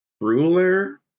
ruler